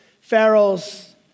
Pharaoh's